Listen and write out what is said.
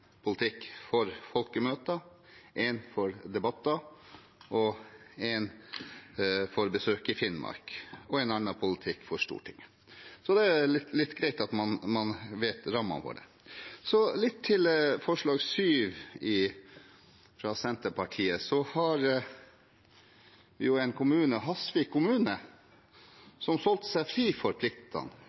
politikk for Stortinget. Det er litt greit at man kjenner rammene. Når det gjelder forslag nr. 7, fra Senterpartiet, har vi en kommune, Hasvik kommune, som solgte seg fri